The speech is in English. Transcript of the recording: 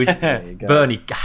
Bernie